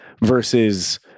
versus